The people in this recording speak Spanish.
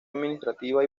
administrativa